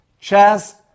chess